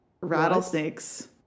rattlesnakes